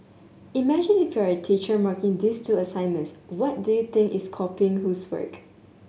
imagine if you are a teacher marking these two assignments what do you think is copying whose work